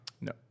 No